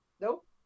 Nope